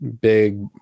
big